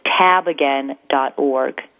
tabagain.org